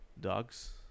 Dogs